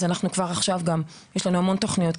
אז כבר עכשיו יש לנו גם המון תוכניות עבור הגיל הזה,